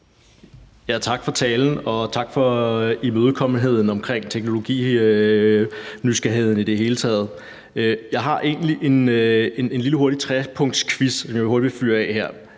Tak for talen, og tak for imødekommenheden over for teknologinysgerrigheden i det hele taget. Jeg har egentlig en lille, hurtig trepunktsquiz, som jeg vil fyre af her.